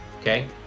okay